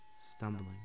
stumbling